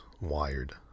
wired